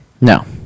No